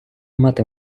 мати